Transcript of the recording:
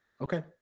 Okay